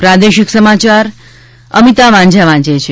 પ્રાદેશિક સમાચાર અમિતા વાંઝા વાંચે છે